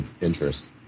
interest